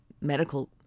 medical